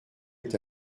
est